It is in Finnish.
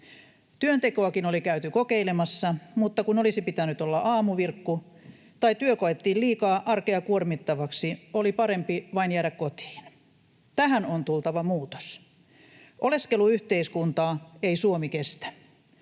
Työntekoakin oli käyty kokeilemassa, mutta kun olisi pitänyt olla aamuvirkku tai työ koettiin liikaa arkea kuormittavaksi, oli parempi vain jäädä kotiin. Tähän on tultava muutos. Oleskeluyhteiskuntaa ei Suomi kestä.